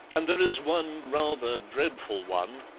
and there is one rather dreadful one,